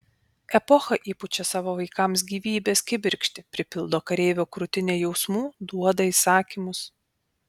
epocha įpučia savo vaikams gyvybės kibirkštį pripildo kareivio krūtinę jausmų duoda įsakymus